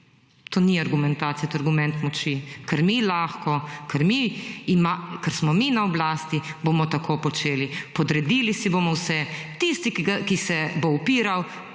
To ni argumentacija, to je argument moči, ker mi lahko, ker smo mi na oblasti, bomo tako počeli. Podredili si bomo vse. Tisti, ki se bo upiral,